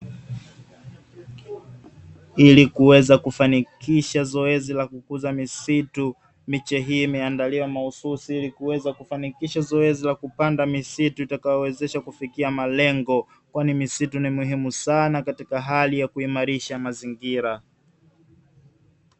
Ili kuweza kufanikiwa zoezi la kukuza misitu miche hii imeandaliwa mahususi ili kuweza kufanikisha zoezi la kupanda misitu itakayowezesha kufikia malengo kwani misitu ni muhimu sana katika hali ya kuimarisha mazingira.